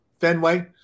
Fenway